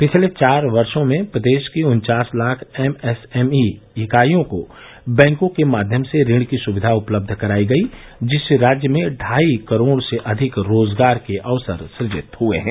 पिछले चार वर्षो में प्रदेश की उन्वास लाख एमएसएमई इकाईयों को बैंकों के माध्यम से ऋण की सुविधा उपलब्ध कराई गई जिससे राज्य में ढ़ाई करोड़ से अधिक रोज़गार के अवसर सुजित हुए हैं